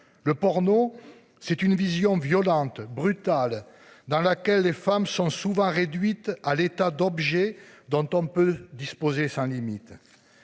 le porno c'est une vision violente, brutale, dans laquelle les femmes sont souvent réduites à l'état d'objet dont on peut disposer, sans limite.